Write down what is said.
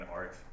art